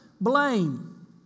blame